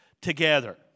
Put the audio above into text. together